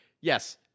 yes